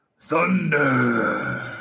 Thunder